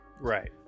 Right